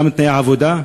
גם תנאי העבודה.